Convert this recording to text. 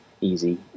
easy